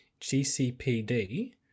GCPD